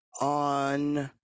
on